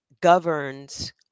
governs